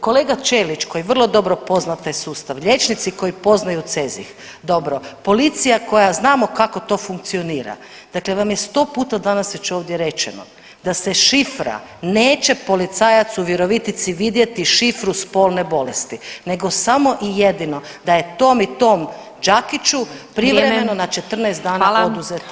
Kolega Ćelić koji vrlo dobro pozna taj sustav, liječnici koji poznaju CEZIH, dobro, policija koja znamo kako to funkcionira dakle vam je 100 puta danas već ovdje rečeno da se šifra, neće policajac u Virovitici vidjeti šifru spolne bolesti nego samo i jedino da je tom i tom Đakiću privremeno na 14 dana oduzeta vozačka.